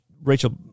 Rachel